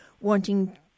wanting